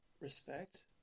respect